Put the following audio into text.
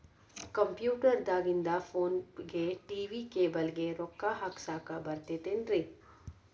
Computer ದಾಗಿಂದ್ ಫೋನ್ಗೆ, TV cable ಗೆ, ರೊಕ್ಕಾ ಹಾಕಸಾಕ್ ಬರತೈತೇನ್ರೇ?